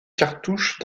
cartouches